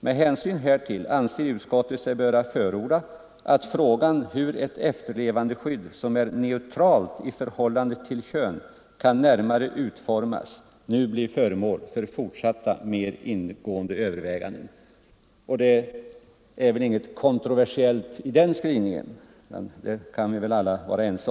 Med hänsyn härtill anser utskottet sig böra förorda, att frågan hur ett efterlevandeskydd som är neutralt i förhållande till kön kan närmare utformas nu blir föremål för fortsatta, mer ingående överväganden.” Vi kan väl alla vara överens om att det inte är något kontroversiellt i den skrivningen.